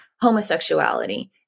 homosexuality